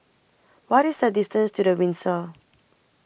What IS The distance to The Windsor